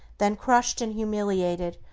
then, crushed and humiliated,